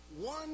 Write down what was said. One